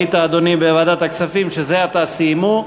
היית, אדוני, בוועדת הכספים שזה עתה סיימו?